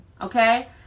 okay